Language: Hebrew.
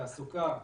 תעסוקה,